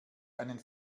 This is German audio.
einen